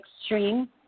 extreme